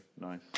nice